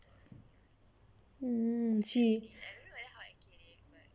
mm she